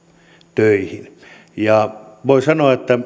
töihin ja voi sanoa että